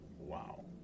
Wow